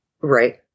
Right